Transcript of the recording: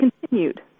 continued